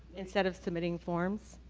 instead of submitting forms?